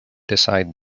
decide